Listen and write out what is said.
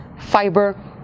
fiber